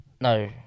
no